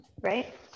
right